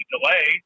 delay